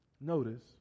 notice